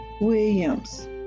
williams